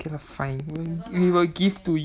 okay lah fine we will give to you